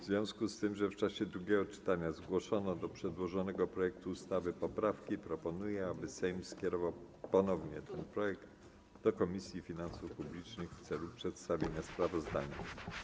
W związku z tym, że w czasie drugiego czytania zgłoszono do przedłożonego projektu ustawy poprawki, proponuję, aby Sejm skierował ponownie ten projekt do Komisji Finansów Publicznych w celu przedstawienia sprawozdania.